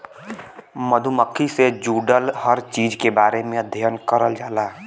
मधुमक्खी से जुड़ल हर चीज के बारे में अध्ययन करल जाला